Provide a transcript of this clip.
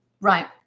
Right